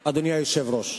היושב-ראש.